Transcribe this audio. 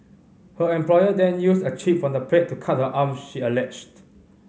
her employer then used a chip from the plate to cut her arms she alleged